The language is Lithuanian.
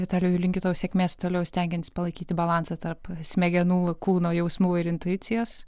vitalijau linkiu tau sėkmės toliau stengiantis palaikyti balansą tarp smegenų kūno jausmų ir intuicijos